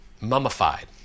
mummified